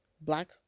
black